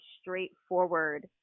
straightforward